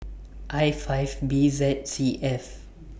I five B Z C F